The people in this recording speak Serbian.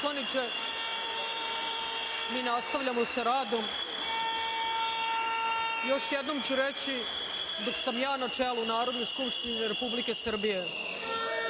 poslaniče. Mi nastavljamo sa radom. Još jednom ću reći, dok sam ja na čelu Narodne skupštine Republike Srbije